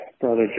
Brother